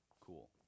Cool